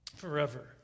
Forever